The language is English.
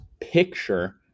picture